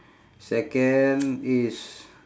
second is